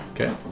Okay